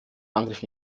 angriff